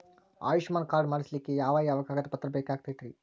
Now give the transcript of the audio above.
Ayushman card ಮಾಡ್ಸ್ಲಿಕ್ಕೆ ಯಾವ ಯಾವ ಕಾಗದ ಪತ್ರ ಬೇಕಾಗತೈತ್ರಿ?